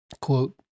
quote